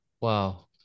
Wow